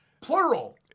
Plural